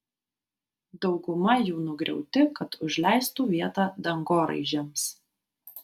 dauguma jų nugriauti kad užleistų vietą dangoraižiams